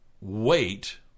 wait